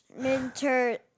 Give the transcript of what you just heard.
winter